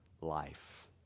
life